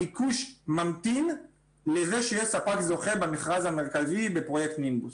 הביקוש ממתין לזה שיהיה ספק זוכה במכרז המרכזי בפרויקט נימבוס.